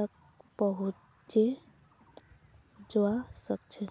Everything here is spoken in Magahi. तक पहुंचे जबा सकछे